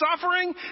Suffering